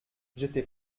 j’étais